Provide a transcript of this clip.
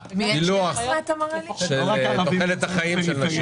אני מבקש פילוח של תוחלת החיים של נשים.